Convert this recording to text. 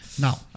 Now